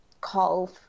call